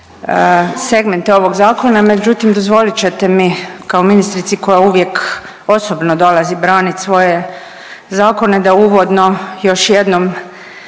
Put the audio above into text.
segmente ovog Zakona, međutim, dozvolit ćete mi kao ministrici koja uvijek osobno dolazi branit svoje zakone, da uvodno još jednom